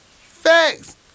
Facts